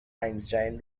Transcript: einstein